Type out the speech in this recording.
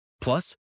Plus